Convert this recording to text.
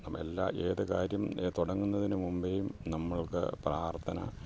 നമ്മെയെല്ലാം ഏതു കാര്യം തുടങ്ങുന്നതിനു മുൻപേയും നമ്മൾക്കു പ്രാർത്ഥന